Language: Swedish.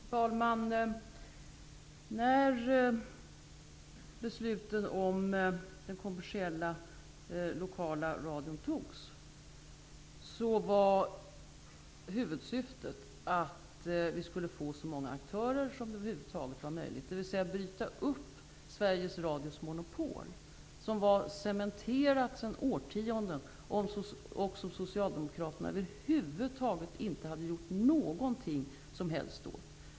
Fru talman! När beslutet om den kommersiella lokala radion fattades var huvudsyftet att vi skulle få så många aktörer som det över huvud taget var möjligt. Syftet var således att bryta upp Sveriges Radios monopol som var cementerat sedan årtionden och som Socialdemokraterna inte hade gjort något åt.